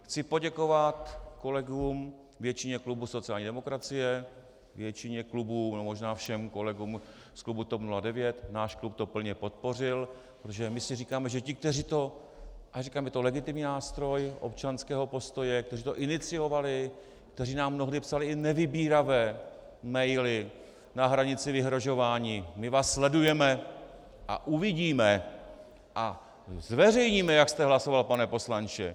Chci poděkovat kolegům, většině klubu sociální demokracie, většině klubu, nebo možná všem kolegům, z TOP 09, náš klub to plně podpořil, protože my si říkáme, že ti, kteří to a říkám, je to legitimní nástroj občanského postoje iniciovali, kteří nám mnohdy psali i nevybíravé maily na hranici vyhrožování: My vás sledujeme a uvidíme a zveřejníme, jak jste hlasoval, pane poslanče!